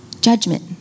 judgment